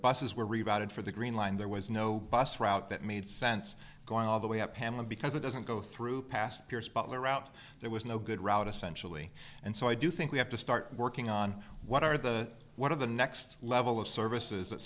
buses were riveted for the green line there was no bus route that made sense going all the way up pamela because it doesn't go through past pierce butler out there was no good route essentially and so i do think we have to start working on what are the one of the next level of services that